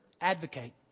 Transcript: advocate